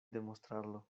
demostrarlo